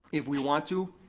if we want to,